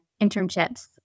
internships